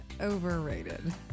overrated